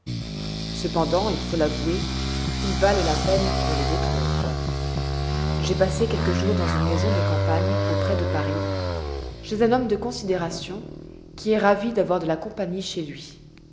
cependant il faut l'avouer ils valent la peine qu'on les détrompe j'ai passé quelques jours dans une maison de campagne auprès de paris chez un homme de considération qui est ravi d'avoir de la compagnie chez lui